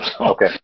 Okay